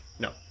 No